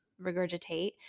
regurgitate